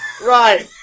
Right